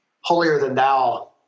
holier-than-thou